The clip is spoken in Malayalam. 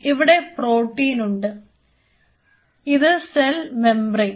ഇവിടെ പ്രോട്ടീനുണ്ട് ഇത് സെൽ മെമ്പറൈൻ